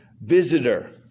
visitor